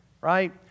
Right